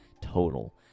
total